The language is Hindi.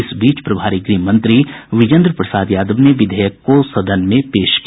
इसी बीच प्रभारी गृह मंत्री विजेन्द्र प्रसाद यादव ने विधेयक को सदन में पेश किया